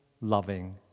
loving